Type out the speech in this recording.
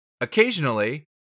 Occasionally